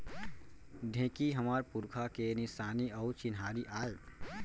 ढेंकी हमर पुरखा के निसानी अउ चिन्हारी आय